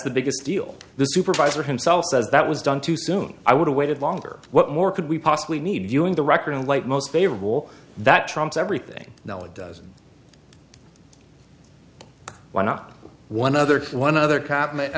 the biggest deal the supervisor himself says that was done too soon i would have waited longer what more could we possibly need viewing the record in a light most favorable that trumps everything no it doesn't why not one other one other